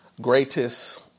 greatest